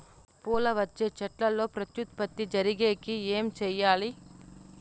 పూలు వచ్చే చెట్లల్లో ప్రత్యుత్పత్తి జరిగేకి ఏమి చేయాలి?